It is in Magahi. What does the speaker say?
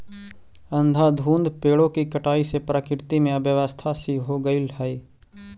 अंधाधुंध पेड़ों की कटाई से प्रकृति में अव्यवस्था सी हो गईल हई